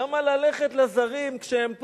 למה ללכת לזרים כשהם פה?